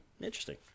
interesting